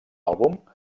àlbum